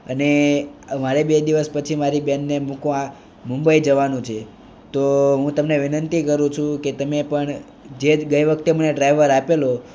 અને મારે બે દિવસ પછી મારી બેનને મૂકવા મુંબઈ જવાનું છે તો હું તમને વિનંતી કરું છું કે તમે પણ જે જ ગઈ વખતે મને ડ્રાઇવર આપેલો